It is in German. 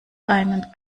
einen